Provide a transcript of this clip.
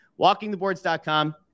Walkingtheboards.com